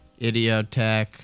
idiotech